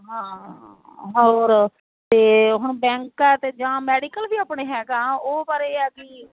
ਹਾਂ ਹੋਰ ਅਤੇ ਹੁਣ ਬੈਂਕਾਂ ਅਤੇ ਜਾਂ ਮੈਡੀਕਲ ਵੀ ਆਪਣੇ ਹੈਗਾ ਉਹ ਪਰ ਇਹ ਆ ਕਿ